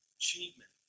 achievement